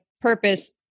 purpose